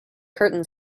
curtain